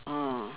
orh